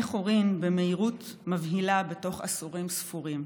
חורין במהירות מבהילה בתוך עשורים ספורים.